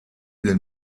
del